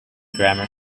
grammar